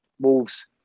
Wolves